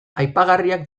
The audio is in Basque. aipagarriak